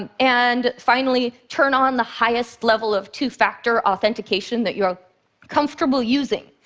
and and finally, turn on the highest level of two-factor authentication that you're comfortable using.